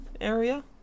area